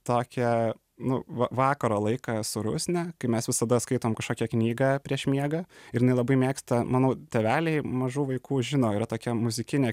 tokią nu va vakaro laiką su rusne kai mes visada skaitom kažkokią knygą prieš miegą ir jinai labai mėgsta manau tėveliai mažų vaikų žino yra tokia muzikinė